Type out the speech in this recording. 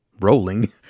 rolling